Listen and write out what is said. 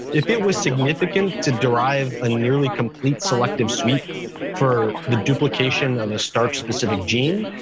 if it was significant to derive a nearly complete selective sweep for the duplication of a starch specific gene,